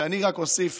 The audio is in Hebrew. ואני רק אוסיף